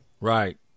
Right